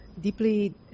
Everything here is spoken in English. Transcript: deeply